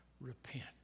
repent